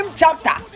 chapter